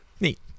Neat